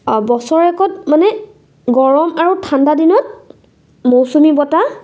বছৰেকত মানে গৰম আৰু ঠাণ্ডাদিনত মৌচুমী বতাহ